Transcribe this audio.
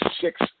six